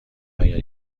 اگر